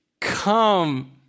come